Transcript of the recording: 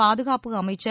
பாதுகாப்பு அமைச்சர்